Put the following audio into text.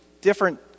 different